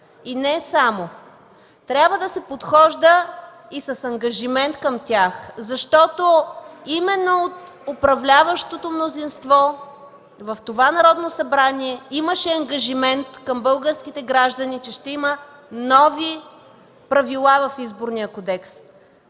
И не само – трябва да се подхожда и с ангажимент към тях, защото именно от управляващото мнозинство в това Народно събрание имаше ангажимент към българските граждани, че ще има нови правила в Изборния кодекс.